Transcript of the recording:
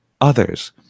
others